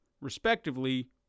respectively